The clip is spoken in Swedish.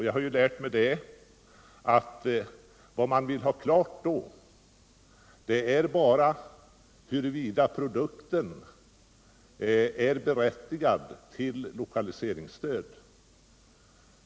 Jag har lärt mig att vad man vill ha klart då är bara huruvida produkten är berättigad till lokaliseringsstöd.